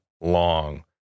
long